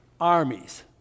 armies